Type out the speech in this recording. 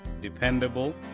dependable